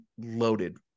loaded